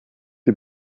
die